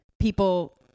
people